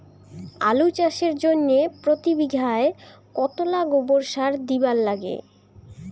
আলু চাষের জইন্যে প্রতি বিঘায় কতোলা গোবর সার দিবার লাগে?